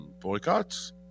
Boycotts